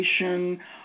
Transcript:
Education